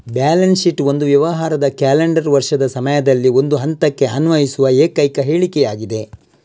balance sheet ಒಂದು ವ್ಯವಹಾರದ calendar ವರ್ಷದ ಸಮಯದಲ್ಲಿ ಒಂದು ಹಂತಕ್ಕೆ ಅನ್ವಯಿಸುವ ಏಕೈಕ ಹೇಳಿಕೆಯಾಗಿದೆ